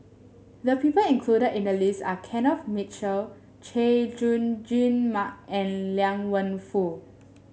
the people included in the list are Kenneth Mitchell Chay Jung Jun Mark and Liang Wenfu